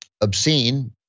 obscene